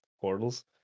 portals